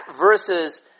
versus